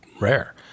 rare